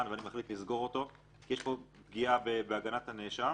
ואני מחליט לסגור אותו כי יש פה פגיעה בהגנת הנאשם,